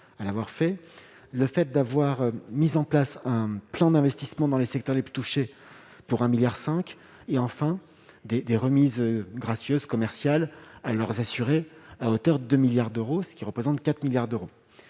à l'avoir fait, le fait d'avoir mis en place un plan d'investissements dans les secteurs les plus touchés, pour un milliard 5 et enfin des des remises gracieuses commercial à leurs assurés à hauteur de 2 milliards d'euros, ce qui représente 4 milliards d'euros